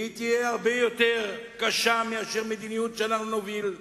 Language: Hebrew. והיא תהיה הרבה יותר קשה מאשר המדיניות שאנחנו נוביל,